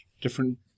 different